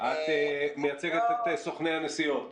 את מייצגת את סוכני הנסיעות?